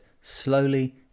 slowly